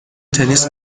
تنیس